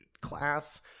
class